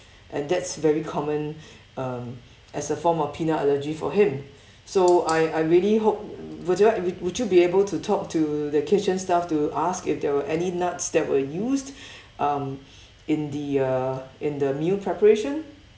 and that's very common um as a form of peanut allergy for him so I I really hope would you like would you be able to talk to the kitchen staff to ask if there were any nuts that were used um in the uh in the meal preparation